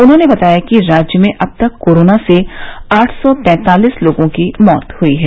उन्होंने बताया कि राज्य में अब तक कोरोना से आठ सौ पँतालीस लोगों की मौत हुई है